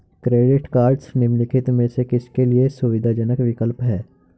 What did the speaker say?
Credit cards निम्नलिखित में से किसके लिए सुविधाजनक विकल्प हैं?